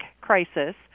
Crisis